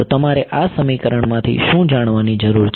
તમારે આ સમીકરણમાંથી શું જાણવાની જરૂર છે